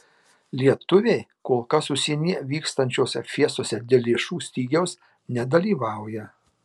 lietuviai kol kas užsienyje vykstančiose fiestose dėl lėšų stygiaus nedalyvauja